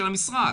של המשרד.